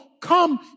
come